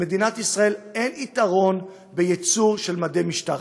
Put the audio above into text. למדינת ישראל אין יתרון בייצור מדי משטרה.